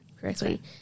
correctly